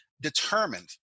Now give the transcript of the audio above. determined